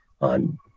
on